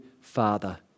Father